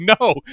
no